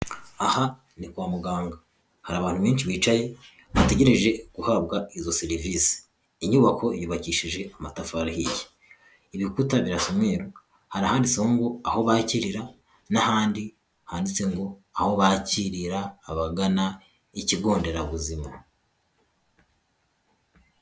Aha ni kwa muganga hari abantu benshi bicaye bategereje guhabwa izo serivisi, inyubako yubakishije amatafari ahiye, ibikuta birasa umweru. Hari ahanditseho ngo aho bakirira n'ahandi handitse ngo aho bakirira abagana ikigo nderabuzima.